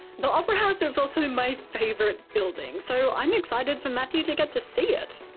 the opera house is also my favourite building, so i'm excited for matthew to get to see it.